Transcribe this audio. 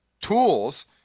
tools